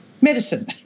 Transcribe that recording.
medicine